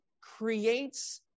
creates